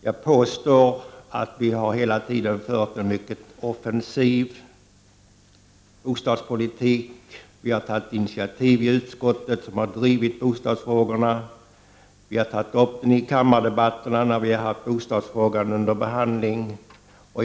Jag påstår att vi hela tiden har fört en mycket offensiv bostadspolitik, vi har tagit initiativ i utskottet som har drivit bostadsfrågorna, och vi har tagit upp dessa frågor i kammardebatterna om bostadspolitiken.